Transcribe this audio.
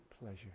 pleasure